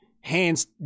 hands